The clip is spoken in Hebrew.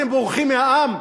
אתם בורחים מהעם.